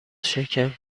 شرکت